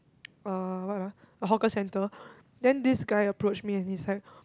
uh what ah a hawker centre then this guy approach me and he's like